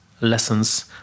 lessons